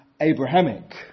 Abrahamic